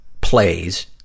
plays